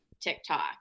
tiktok